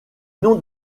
noms